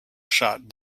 shot